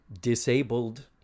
disabled